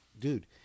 Dude